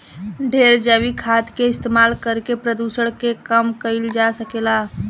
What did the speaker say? ढेरे जैविक खाद के इस्तमाल करके प्रदुषण के कम कईल जा सकेला